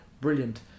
brilliant